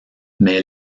mais